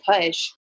push